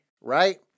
right